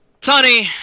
Tony